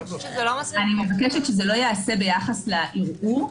אני מבקשת שזה לא ייעשה ביחס לערעור,